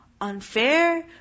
unfair